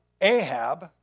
Ahab